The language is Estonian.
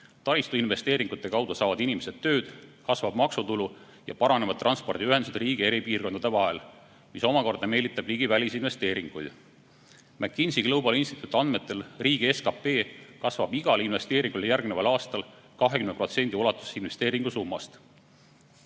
Taristuinvesteeringute kaudu saavad inimesed tööd, kasvab maksutulu ja paranevad transpordiühendused riigi eri piirkondade vahel, mis omakorda meelitab ligi välisinvesteeringuid. McKinsey Global Institute'i andmetel riigi SKP kasvab igal investeeringule järgneval aastal 20% ulatuses investeeringu summast.